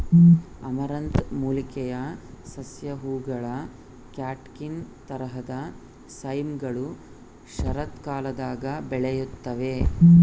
amaranth ಮೂಲಿಕೆಯ ಸಸ್ಯ ಹೂವುಗಳ ಕ್ಯಾಟ್ಕಿನ್ ತರಹದ ಸೈಮ್ಗಳು ಶರತ್ಕಾಲದಾಗ ಬೆಳೆಯುತ್ತವೆ